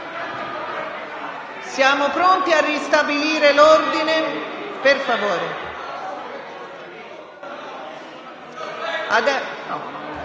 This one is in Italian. Siamo pronti a ristabilire l'ordine? Prego